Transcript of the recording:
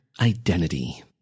identity